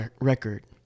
record